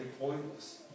pointless